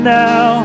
now